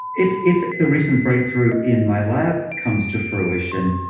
if if the recent breakthrough in my lab comes to fruition,